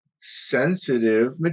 sensitive